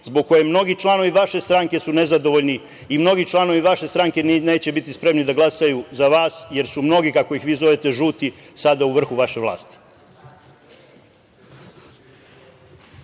zbog koje mnogi članovi vaše stranke su nezadovoljni i mnogi članovi vaše stranke neće biti spremni da glasaju za vas, jer su mnogi, kako ih vi zovete, žuti, sada u vrhu vaše vlasti.